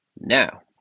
Now